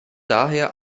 daher